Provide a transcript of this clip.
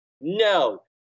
No